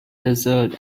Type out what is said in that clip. desert